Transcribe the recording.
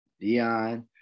Dion